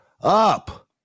up